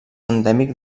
endèmic